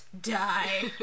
die